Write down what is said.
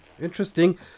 interesting